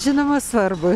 žinoma svarbu